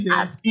ask